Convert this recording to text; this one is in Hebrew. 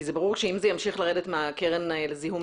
כי זה ברור שאם זה ימשיך לרדת מהקרן לזיהום